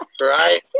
right